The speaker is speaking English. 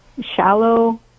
shallow